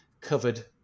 covered